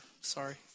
sorry